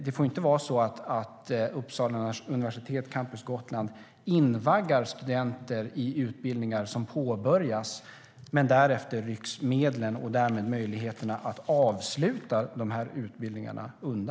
Det får inte vara så att Uppsala universitet - Campus Gotland lockar in studenter i utbildningar som påbörjas och att medlen därefter rycks undan, likaså möjligheterna att avsluta utbildningarna.